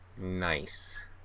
Nice